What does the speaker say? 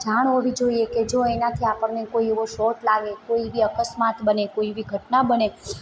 જાણ હોવી જોઇએ કે જો એનાથી આપણને કોઈ એવો શોટ લાગે કોઈ એવી અકસ્માત બને કોઈ એવી ઘટના બને કે